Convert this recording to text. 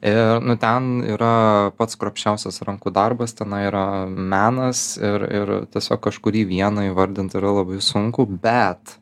ir nu ten yra pats kruopščiausias rankų darbas tenai yra menas ir ir tiesiog kažkurį vieną įvardint yra labai sunku bet